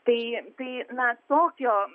tai tai na tokio